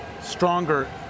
stronger